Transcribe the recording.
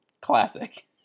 classic